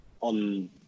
on